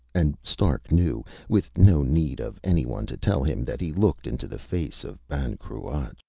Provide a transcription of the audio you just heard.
and stark knew, with no need of anyone to tell him, that he looked into the face of ban cruach.